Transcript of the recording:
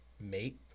Mate